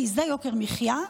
כי זה יוקר מחיה,